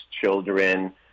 children